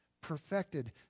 Perfected